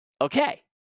Okay